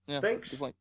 Thanks